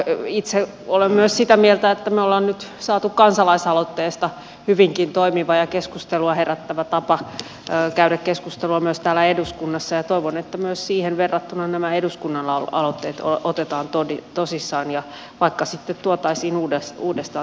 itse olen myös sitä mieltä että me olemme nyt saaneet kansalaisaloitteesta hyvinkin toimivan ja keskustelua herättävän tavan käydä keskustelua myös täällä eduskunnassa ja toivon että myös siihen verrattuna nämä eduskunnan aloitteet otetaan tosissaan ja vaikka sitten tuotaisiin uudestaan tänne käsittelyyn